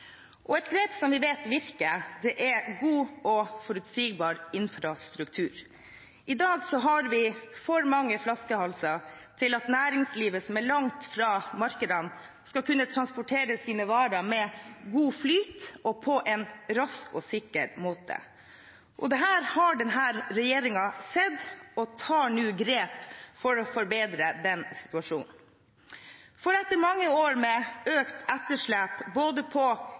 landet. Et grep som vi vet virker, er god og forutsigbar infrastruktur. I dag har vi for mange flaskehalser til at næringslivet som er langt fra markedene, skal kunne transportere sine varer med god flyt og på en rask og sikker måte. Dette har denne regjeringen sett og tar nå grep for å forbedre den situasjonen. Etter mange år med økt etterslep på både investeringssiden og vedlikeholdssiden på